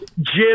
Jim